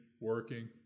working